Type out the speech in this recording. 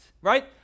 right